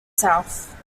south